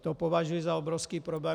To považuji za obrovský problém.